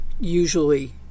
usually